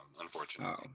unfortunately